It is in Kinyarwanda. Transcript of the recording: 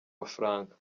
mafaranga